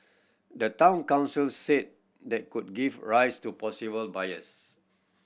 the Town Council said that could give rise to possible bias